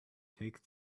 take